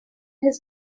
his